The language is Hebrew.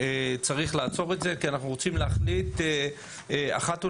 וצריך לעצור את זה כי אנחנו רוצים להחליט אחת ולתמיד.